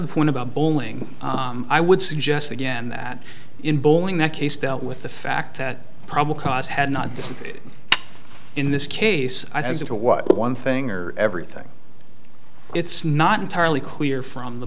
the point about bowling i would suggest again that in bowling that case dealt with the fact that probable cause had not dissipated in this case as it was one thing or everything it's not entirely clear from the